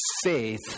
faith